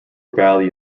valley